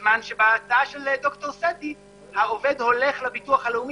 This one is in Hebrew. בזמן שבהצעה של ד"ר סטי העובד הולך לביטוח הלאומי